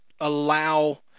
allow